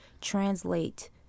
translate